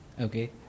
Okay